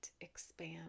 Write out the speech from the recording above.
expand